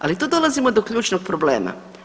Ali tu dolazimo do ključnog problema.